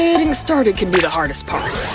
getting started can be the hardest part.